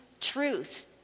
truth